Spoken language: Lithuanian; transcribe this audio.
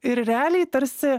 ir realiai tarsi